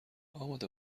آماده